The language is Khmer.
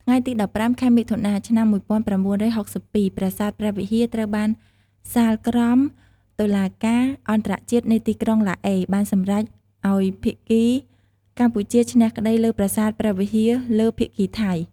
ថ្ងៃទី១៥ ខែមិថុនា ឆ្នាំ១៩៦២ ប្រាសាទព្រះវិហារត្រូវបានសាលក្រមតុលាការអន្តរជាតិនៃទីក្រុងឡាអេ បានសម្រេចឱ្យភាគីកម្ពុជាឈ្នះក្តីលើប្រាសាទព្រះវិហារ លើភាគីថៃ។